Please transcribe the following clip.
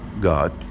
God